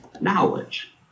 knowledge